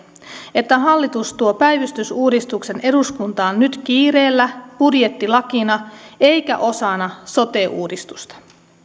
että hallitus tuo päivystysuudistuksen eduskuntaan nyt kiireellä budjettilakina eikä osana sote uudistusta